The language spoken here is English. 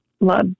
love